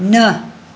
न